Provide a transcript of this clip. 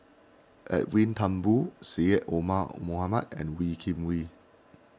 Edwin Thumboo Syed Omar Mohamed and Wee Kim Wee